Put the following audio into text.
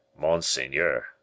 Monseigneur